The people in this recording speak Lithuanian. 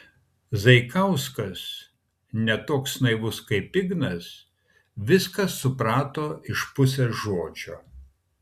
zaikauskas ne toks naivus kaip ignas viską suprato iš pusės žodžio